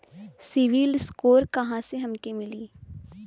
CIBIL score कहाँसे हमके मिली?